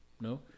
No